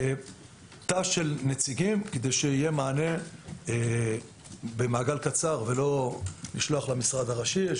תא של נציגים כדי שיהיה מענה במעגל קצר ולא לשלוח למשרד הראשי.